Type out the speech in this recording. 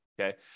Okay